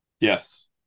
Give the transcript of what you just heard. Yes